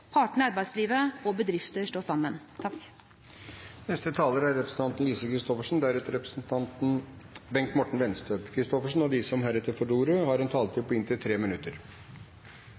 partene i arbeidslivet og bedrifter stå sammen. De talere som heretter får ordet, har en taletid på inntil 3 minutter.